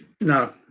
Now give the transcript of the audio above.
No